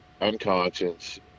unconscious